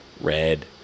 red